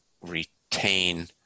retain